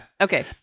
okay